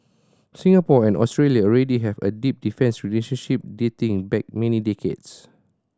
Singapore and Australia already have a deep defence relationship dating back many decades